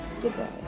Goodbye